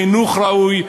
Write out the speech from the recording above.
מחינוך ראוי,